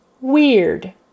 weird